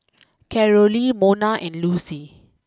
Carolee Mona and Lucie